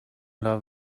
love